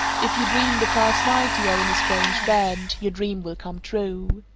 if you dream the first night you are in a strange bed, your dream will come true.